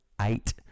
eight